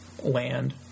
land